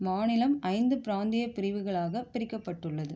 மாநிலம் ஐந்து பிராந்திய பிரிவுகளாகப் பிரிக்கப்பட்டுள்ளது